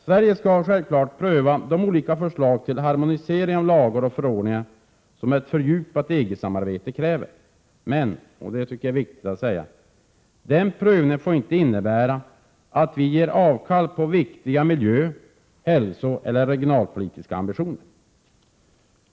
Sverige skall självfallet pröva de olika förslag till harmonisering av lagar och förordningar som ett fördjupat EG-samarbete kräver. Men — och det är viktigt att säga — den prövningen får inte innebära att vi ger avkall på viktiga miljö-, hälsoeller regionalpolitiska ambitioner.